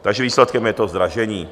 Takže výsledkem je to zdražení.